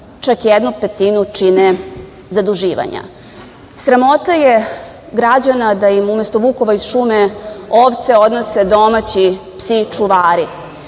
čak jednu petinu čine zaduživanja. Sramota je građana da im umesto vukova iz šume, ovce odnose domaći psi čuvari,